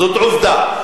זאת עובדה.